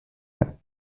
are